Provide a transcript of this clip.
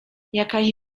jakaś